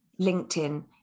LinkedIn